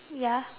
ya